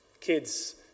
Kids